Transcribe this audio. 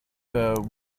her